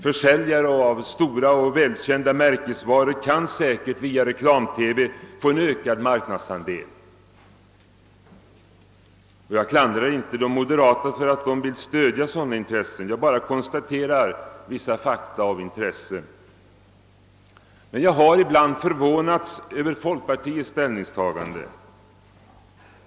Försäljare av stora och välkända märkesvaror kan säkert via reklam TV få en ökad marknadsandel. Jag klandrar heller inte de moderata för att de vill stödja sådana intressen; jag konstaterar bara vissa fakta. Men ibland har jag förvånats över folkpartiets ställningstagande.